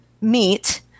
meet